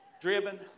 Driven